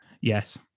Yes